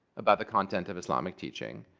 about the content of islamic teaching.